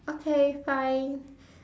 okay fine